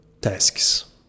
tasks